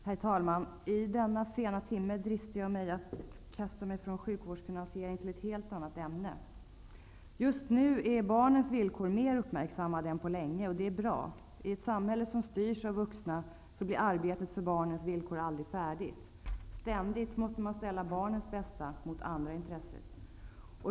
Herr talman! I denna sena timme dristar jag mig att kasta mig från sjukvårdsfinansiering till ett helt annat ämne. Just nu är barns villkor mer uppmärksammade än på länge, och det är bra. I ett samhälle som styrs av vuxna blir arbetet för barns villkor aldrig färdigt. Ständigt måste man ställa barnens bästa mot andra intressen.